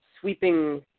sweeping